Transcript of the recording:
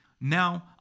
Now